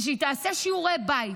ושהיא תעשה שיעורי בית.